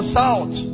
south